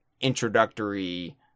introductory